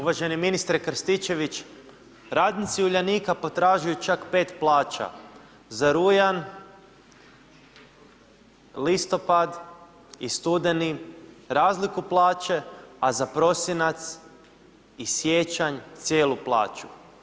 Uvaženi ministre Krstičević, radnici Uljanika potražuju čak 5 plaća, za rujan, listopad i studeni razliku plaće, a za prosinac i siječanj cijelu plaću.